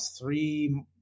three